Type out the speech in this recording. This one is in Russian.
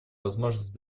возможность